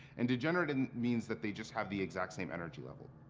and degenerate and means that they just have the exact same energy level.